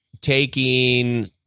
taking